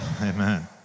Amen